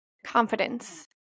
confidence